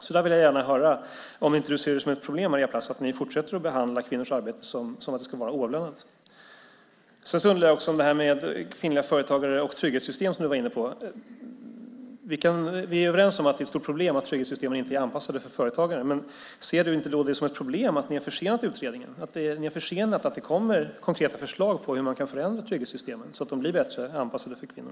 Jag vill gärna höra om du inte ser det som ett problem, Maria Plass, att ni fortsätter att behandla kvinnors arbete så att det ska vara oavlönat. Sedan undrar jag också över det här med kvinnliga företagare och trygghetssystem, som du var inne på. Vi är överens om att det är ett stort problem att trygghetssystemen inte är anpassade för företagare. Ser du det då inte som ett problem att ni har försenat utredningen? Ni har försenat att det kommer konkreta förslag på hur man kan förändra trygghetssystemen så att de blir bättre anpassade för kvinnor.